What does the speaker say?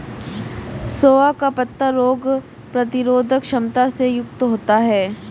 सोआ का पत्ता रोग प्रतिरोधक क्षमता से युक्त होता है